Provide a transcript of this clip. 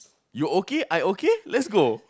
you okay I okay let's go